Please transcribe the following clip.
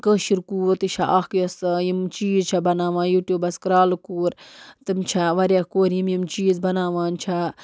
کٲشِر کوٗر تہِ چھےٚ اَکھ یۄس یِم چیٖز چھےٚ بناوان یوٗٹیوٗبَس کرٛالہٕ کوٗر تِم چھےٚ واریاہ کورِ یِم یِم چیٖز بناوان چھےٚ